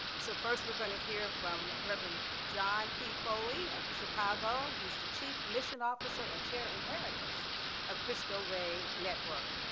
so first we're going to hear from reverend john p. foley of chicago. he's the chief mission officer and chair emeritus of christo rey network.